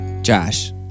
Josh